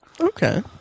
Okay